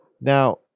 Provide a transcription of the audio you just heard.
Now